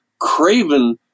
craven